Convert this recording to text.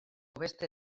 beste